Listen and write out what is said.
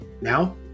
Now